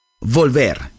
Volver